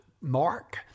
Mark